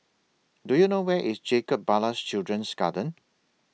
Do YOU know Where IS Jacob Ballas Children's Garden